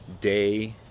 day